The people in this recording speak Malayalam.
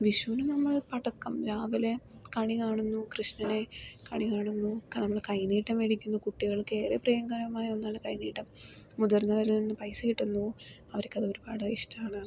വിഷുവിന് നമ്മൾ പടക്കം രാവിലെ കണി കാണുന്നു കൃഷ്ണനെ കണി കാണുന്നു കാണുന്നു കൈനീട്ടം മേടിക്കുന്നു കുട്ടികൾക്ക് ഏറെ പ്രിയങ്കരമായ ഒന്നാണ് കൈനീട്ടം മുതിർന്നവരിൽ നിന്നും പൈസ കിട്ടുന്നു അവർക്കത് ഒരുപാട് ഇഷ്ടമാണ്